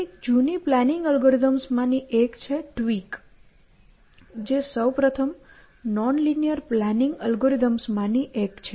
કેટલીક જૂની planning algorithms માં ની એક છે TWEAK જે સૌ પ્રથમ નોન લિનીઅર પ્લાનિંગ એલ્ગોરિધમ્સ માં ની એક છે